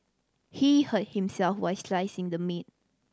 he hurt himself while slicing the meat